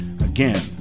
again